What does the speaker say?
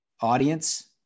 audience